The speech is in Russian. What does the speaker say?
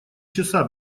часа